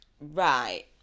Right